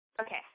okay